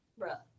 Bruh